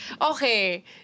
Okay